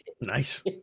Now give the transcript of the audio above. nice